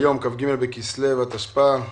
היום כ"ג בכסלו התשפ"א,